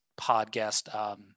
podcast